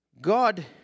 God